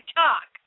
talk